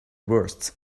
worst